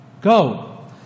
Go